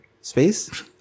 Space